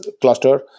cluster